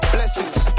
Blessings